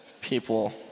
people